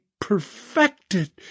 perfected